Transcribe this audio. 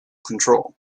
control